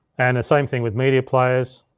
and the same thing with media players.